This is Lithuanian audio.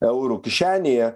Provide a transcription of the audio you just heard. eurų kišenėje